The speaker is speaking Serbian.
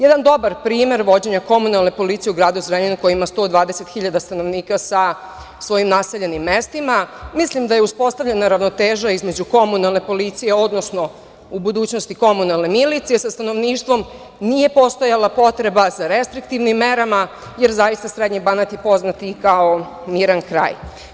Jedan dobar primer vođenja komunalne policije u gradu Zrenjaninu koji ima 120.000 stanovnika sa svojim naseljenim mestima, mislim da je uspostavljena ravnoteža između komunalne policije, odnosno u budućnosti komunalne milicije sa stanovništvom, nije postojala potreba sa restriktivnim merama, jer zaista srednji Banat je poznat i kao miran kraj.